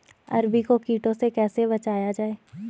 अरबी को कीटों से कैसे बचाया जाए?